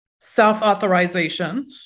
self-authorization